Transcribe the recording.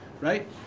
Right